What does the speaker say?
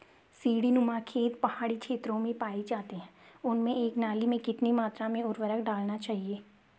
सीड़ी नुमा खेत पहाड़ी क्षेत्रों में पाए जाते हैं उनमें एक नाली में कितनी मात्रा में उर्वरक डालना चाहिए?